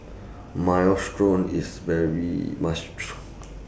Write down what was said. Minestrone IS very must Try